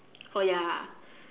oh ya